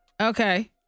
Okay